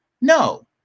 No